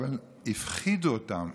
אבל הפחידו אותם.